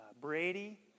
Brady